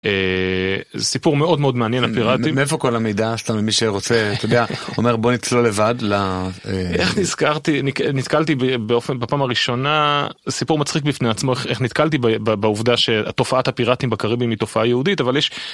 סיפור מאוד מאוד מעניין הפיראטים. מאיפה כל המידע? סתם למי שרוצה, אומ, ר בוא נצלול לבד... ל... איך נזכרתי נתקלתי באופן בפעם הראשונה, סיפור מצחיק בפני עצמו איך נתקלתי בעובדה שתופעת הפיראטים בקריבים היא תופעה יהודית אבל יש.